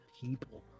people